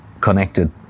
connected